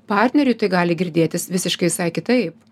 partneriui tai gali girdėtis visiškai visai kitaip